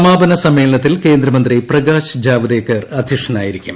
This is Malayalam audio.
സമാപനസമ്മേളനത്തിൽ കേന്ദ്രമന്ത്രി പ്രകാശ് ജാവ്ദേക്കർ അധ്യക്ഷനായിരിക്കും